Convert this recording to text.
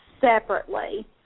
separately